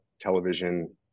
television